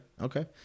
Okay